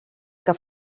que